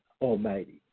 Almighty